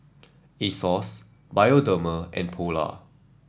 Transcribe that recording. Asos Bioderma and Polar